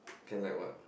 can like what